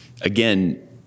again